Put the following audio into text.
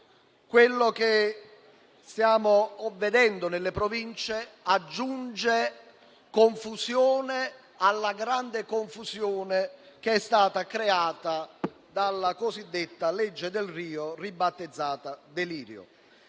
Quello che stiamo vedendo nelle Province aggiunge confusione alla grande confusione che è stata creata dalla cosiddetta legge Delrio, ribattezzata "delirio".